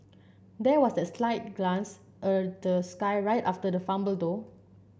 there was that slight glance a the sky right after the fumble though